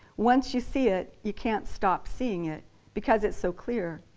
once you see it, you can't stop seeing it because it's so clear.